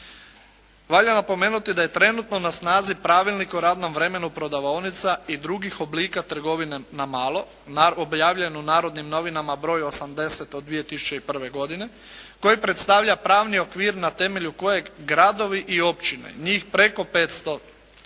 valja napomenuti da je trenutno na snazi Pravilnik o radnom vremenu prodavaonica i drugih oblika trgovina na malo objavljen u "Narodnim novinama" broj 80/01. koji predstavlja pravni okvir na temelju kojeg gradovi i općine, njih preko 500